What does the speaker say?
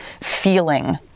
feeling